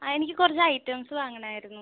ആ എനിക്ക് കുറച്ച് ഐറ്റംസ് വാങ്ങണമായിരുന്നു